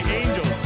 angels